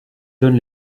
donne